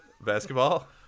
Basketball